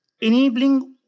enabling